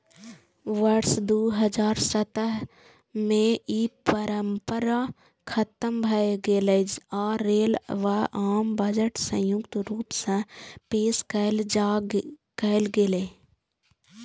वर्ष दू हजार सत्रह मे ई परंपरा खतम भए गेलै आ रेल व आम बजट संयुक्त रूप सं पेश कैल गेलै